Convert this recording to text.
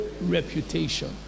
reputation